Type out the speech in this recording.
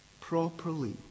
properly